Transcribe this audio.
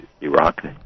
iraq